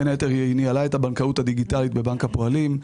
בין היתר היא ניהלה את הבנקאות הדיגיטלית בבנק הפועלים,